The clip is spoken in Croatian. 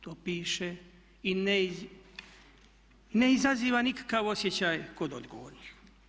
To piše i ne izaziva nikakav osjećaj kod odgovornih.